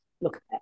Look